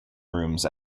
rooms